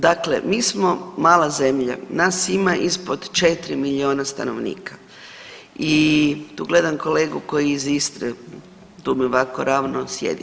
Dakle, mi smo mala zemlja, nas ima ispod 4 milijuna stanovnika i tu gledam kolegu koji je iz Istre tu mi ovako ravno sjedi.